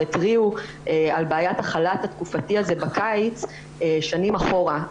התריעו על בעיית החל"ת התקופתי הזה בקיץ שנים אחורה.